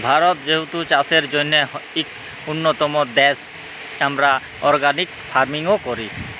ভারত যেহেতু চাষের জ্যনহে ইক উল্যতম দ্যাশ, আমরা অর্গ্যালিক ফার্মিংও ক্যরি